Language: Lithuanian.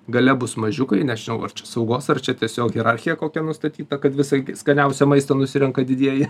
gale bus mažiukai nežinau ar čia saugos ar čia tiesiog hierarchija kokia nustatyta kad visą k skaniausią maistą nusirenka didieji